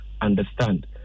understand